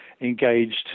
engaged